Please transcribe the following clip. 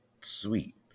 Sweet